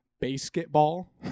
Basketball